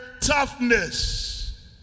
toughness